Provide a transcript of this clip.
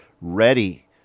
ready